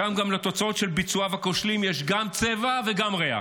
שם גם לתוצאות של ביצועיו הכושלים יש גם צבע וגם ריח.